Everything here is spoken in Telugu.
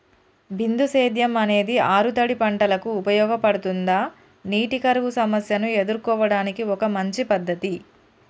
బిందు సేద్యం అనేది ఆరుతడి పంటలకు ఉపయోగపడుతుందా నీటి కరువు సమస్యను ఎదుర్కోవడానికి ఒక మంచి పద్ధతి?